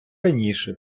раніше